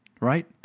right